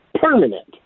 permanent